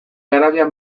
garabia